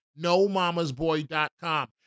nomamasboy.com